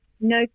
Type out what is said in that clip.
no